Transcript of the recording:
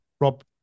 Rob